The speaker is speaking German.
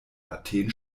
athen